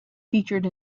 featured